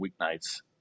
weeknights